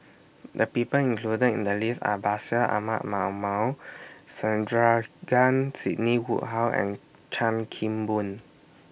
The People included in The list Are Bashir Ahmad Mallal Sandrasegaran Sidney Woodhull and Chan Kim Boon